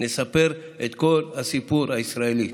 נספר את כל הסיפור הישראלי.